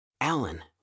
Alan